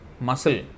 muscle